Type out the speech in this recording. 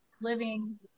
living